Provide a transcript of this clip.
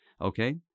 okay